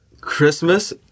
Christmas